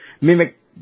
mimic